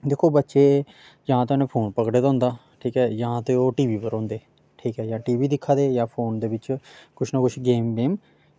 दिक्खो बच्चे जां ते उ'नें फोन पकड़े दा होंदा ठीक ऐ जां ते ओह् टी वी पर होंदे ठीक ऐ जां टी वी दिक्खा दे जां फोन दे बिच्च कुछ नां कुछ गेम गेम